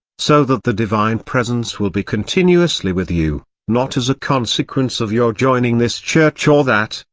so that the divine presence will be continuously with you, not as a consequence of your joining this church or that,